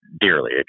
Dearly